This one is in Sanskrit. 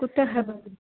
कुतः भगिनि